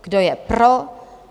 Kdo je pro?